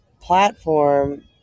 platform